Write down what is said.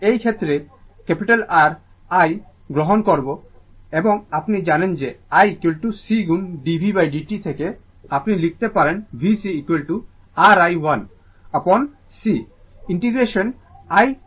সুতরাং এই ক্ষেত্রে R i গ্রহণ করবো এবং আপনি জানেন যে i c গুণ dvdt থেকে আপনি লিখতে পারেন VC R i 1 অ্যাপন C integration i dt v